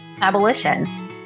abolition